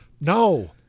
no